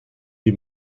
die